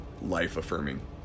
life-affirming